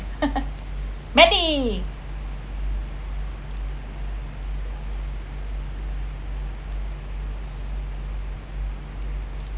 mandy